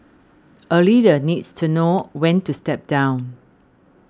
a leader needs to know when to step down